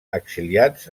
exiliat